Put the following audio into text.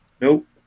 Nope